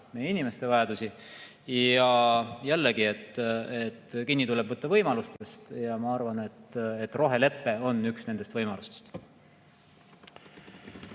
meie inimeste vajadusi. Jällegi, tuleb võtta kinni võimalustest ja ma arvan, et rohelepe on üks nendest võimalustest.